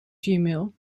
gmail